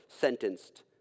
sentenced